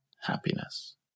happiness